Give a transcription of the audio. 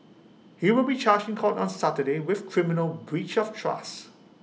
he will be charged in court on Saturday with criminal breach of trust